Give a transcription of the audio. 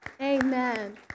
amen